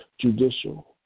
judicial